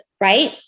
right